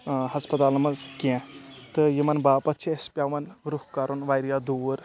ہسپَتالَن منٛز کینٛہہ تہٕ یِمَن باپَتھ چھِ اَسہِ پٮ۪وان رُخ کَرُن واریاہ دوٗر